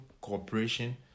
cooperation